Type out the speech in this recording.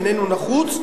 איננו נחוץ,